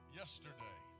yesterday